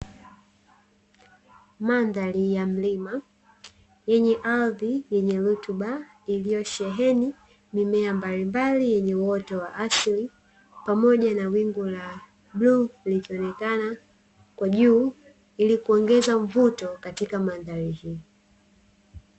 Mandhari ya mlima yenye ardhi yenye rutuba iliyosheheni mimea mbalimbali yenye uoto wa asili pamoja na wingu la bluu likionekana kwa juu ili kuongeza mvuto katika mandhari hii.